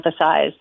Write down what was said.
emphasize